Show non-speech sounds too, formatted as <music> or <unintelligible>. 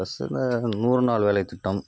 <unintelligible> நூறு நாள் வேலைத் திட்டம்